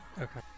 Okay